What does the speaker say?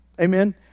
Amen